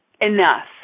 enough